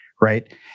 right